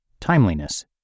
Timeliness